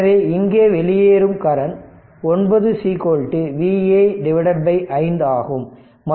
எனவே இங்கே வெளியேறும் கரண்ட் 9 Va by 5 ஆகும்